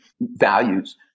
values